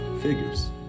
Figures